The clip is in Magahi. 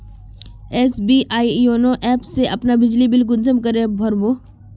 एस.बी.आई योनो ऐप से अपना बिजली बिल कुंसम करे भर बो?